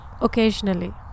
Occasionally